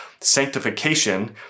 Sanctification